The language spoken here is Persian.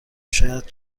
شاید